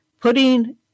putting